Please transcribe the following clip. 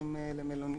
נשלחים למלוניות.